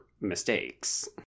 mistakes